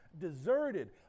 deserted